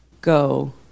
go